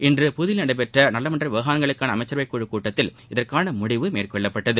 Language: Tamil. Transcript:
இன்று புதுதில்லியில் நடைபெற்ற நாடாளுமன்ற விவகாரங்களுக்கான அமைச்சரவை குழு கூட்டத்தில் இதற்கான முடிவு மேற்கொள்ளப்பட்டது